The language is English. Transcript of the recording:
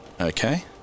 Okay